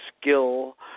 skill